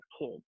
kids